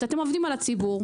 אתם עובדים על הציבור.